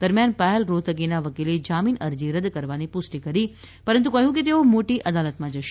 દરમ્યાન પાયલ રોહતગીના વકીલે જામીન અરજી રદ થવાની પુષ્ટિ કરી પરંતુ કહ્યું કે તેઓ મોટી અદાલતમાં જશે